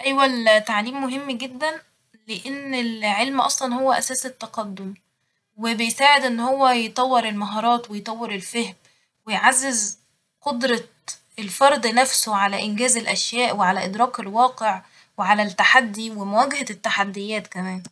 ايوه ال تعليم مهم جدا ، لإن العلم أصلا هو أساس التقدم ، وبيساعد إن هو يطور المهارات ويطور الفهم ويعزز قدرة الفرد نفسه على انجاز الأشياء وعلى إدراك الواقع وعلى التحدي ومواجهة التحديات كمان